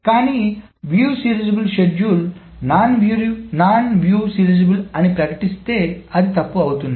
కానీ view serializable షెడ్యూల్ను non view serializable అని ప్రకటిస్తే అది తప్పు అవుతుంది